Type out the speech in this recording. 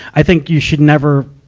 i think you should never,